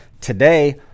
Today